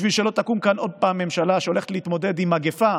בשביל שלא תקום כאן עוד פעם ממשלה שהולכת להתמודד עם מגפה,